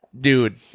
Dude